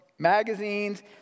magazines